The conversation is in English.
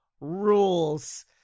rules